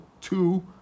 two